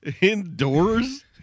indoors